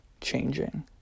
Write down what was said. changing